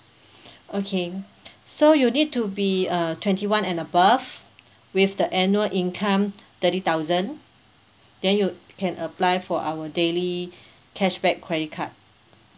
okay so you need to be uh twenty one and above with the annual income thirty thousand then you can apply for our daily cashback credit card